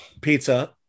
Pizza